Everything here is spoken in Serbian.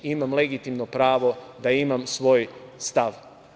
Imam legitimno pravo da imam svoj stav.